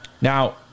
Now